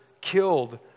killed